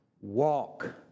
Walk